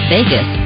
Vegas